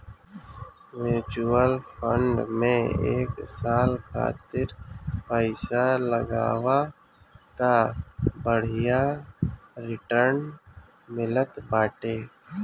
mutual fund में एक साल खातिर पईसा लगावअ तअ बढ़िया रिटर्न मिलत बाटे